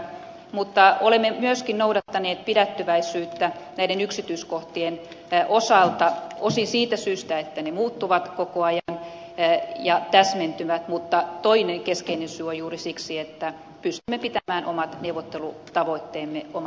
mutta olemme myöskin noudattaneet pidättyväisyyttä näiden yksityiskohtien osalta osin siitä syystä että ne muuttuvat koko ajan ja täsmentyvät mutta toinen keskeinen syy on juuri se että pystymme pitämään omat neuvottelutavoitteemme omana tietonamme